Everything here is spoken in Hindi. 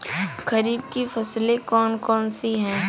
खरीफ की फसलें कौन कौन सी हैं?